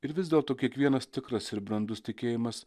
ir vis dėlto kiekvienas tikras ir brandus tikėjimas